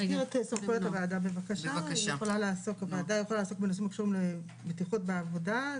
הוועדה יכולה לעסוק בנושאים הקשורים לבטיחות בעבודה.